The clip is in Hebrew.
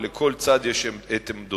ולכל צד יש עמדותיו,